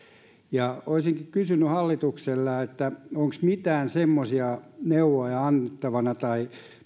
heille olisinkin kysynyt hallitukselta onko mitään neuvoja annettavana tai